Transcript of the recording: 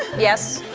yes.